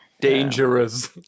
dangerous